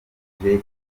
yitwaje